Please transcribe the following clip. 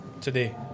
today